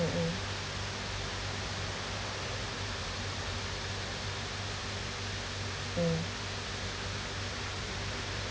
mm mm mm